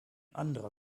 anderer